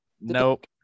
nope